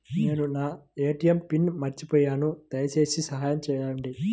నేను నా ATM pin మర్చిపోయాను దయచేసి సహాయం చేయండి